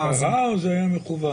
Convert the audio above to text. זה קרה או שזה היה מכוון?